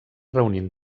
reunint